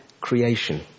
creation